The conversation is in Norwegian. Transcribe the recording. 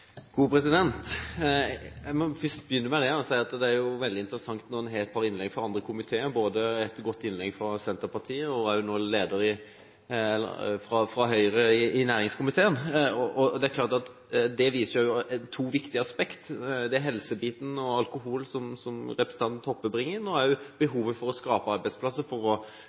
veldig interessant når en har et par innlegg fra andre komiteer, både et godt innlegg fra Senterpartiet og nå et innlegg fra Høyre i næringskomiteen. Det viser to viktige aspekter – helsebiten og alkohol, som representanten Toppe bringer inn, og behovet for å skape arbeidsplasser for å